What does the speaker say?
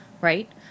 Right